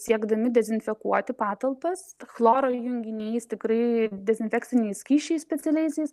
siekdami dezinfekuoti patalpas chloro junginiais tikrai dezinfekciniais skysčiais specialiaisiais